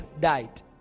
died